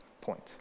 point